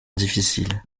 difficile